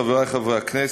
חברי חברי הכנסת,